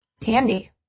Tandy